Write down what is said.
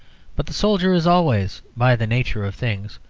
but the soldier is always, by the nature of things,